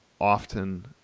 often